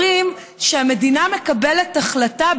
כשהמדינה מקבלת החלטה,